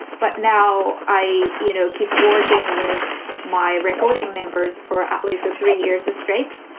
but now i, you know, keep working with my recording members for at least three years straight.